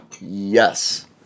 Yes